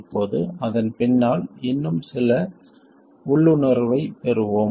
இப்போது அதன் பின்னால் இன்னும் சில உள்ளுணர்வைப் பெறுவோம்